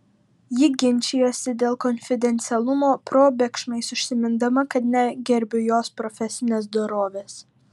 ji ginčijosi dėl konfidencialumo probėgšmais užsimindama kad negerbiu jos profesinės dorovės